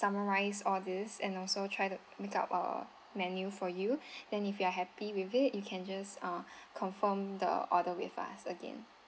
summarise all these and also try to make up our menu for you then if you are happy with it you can just uh confirm the order with us again